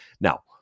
Now